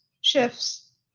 shifts